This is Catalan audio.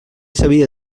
sabia